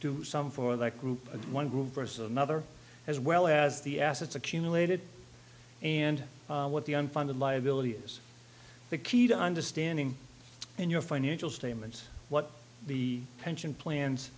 do some for that group one group versus another as well as the assets accumulated and what the unfunded liability is the key to understanding in your financial statements what the pension plans